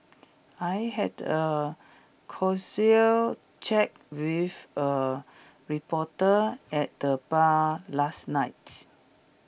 I had A casual chat with A reporter at the bar last night